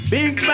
Big